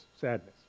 sadness